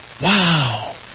Wow